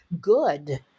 good